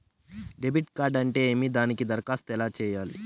debit card అంటే ఏమి దానికి దరఖాస్తు ఎలా సేయాలి